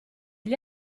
gli